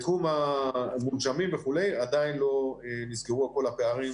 בתחום המונשמים, עדיין לא נסגרו כל הפערים